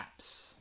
apps